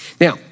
Now